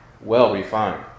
well-refined